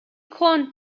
clone